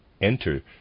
enter